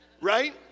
Right